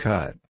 Cut